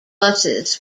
buses